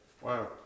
wow